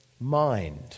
mind